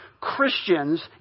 Christians